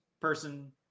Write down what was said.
person